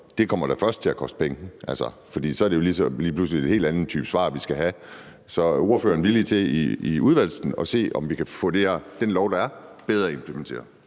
så kommer det da først til at koste penge, for så er det jo lige pludselig en helt anden type svar, vi skal have. Så er ordføreren villig til i udvalgsarbejdet at se på, om vi kan få den lov, der er, bedre implementeret?